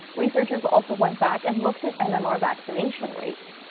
researchers also went back and looked at um and mmr vaccination rates.